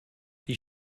die